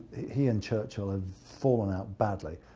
he and churchill had fallen out badly.